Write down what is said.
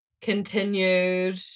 continued